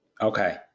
Okay